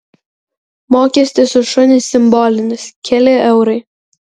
mokestis už šunį simbolinis keli eurai